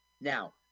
Now